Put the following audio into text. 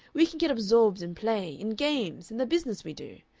we can get absorbed in play, in games, in the business we do.